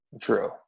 True